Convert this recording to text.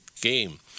game